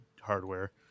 hardware